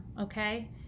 okay